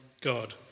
God